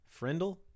Friendle